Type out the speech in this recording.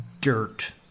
dirt